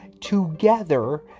together